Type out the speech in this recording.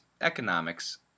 economics